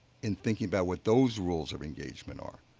in thinking about what those rules of engagement are,